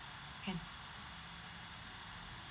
can